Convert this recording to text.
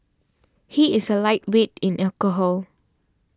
he is a lightweight in alcohol